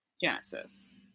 Genesis